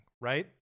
right